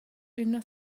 üna